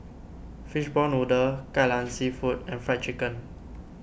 Fishball Noodle Kai Lan Seafood and Fried Chicken